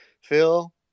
Phil